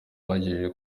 bagejeje